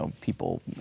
people